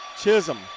Chisholm